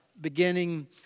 beginning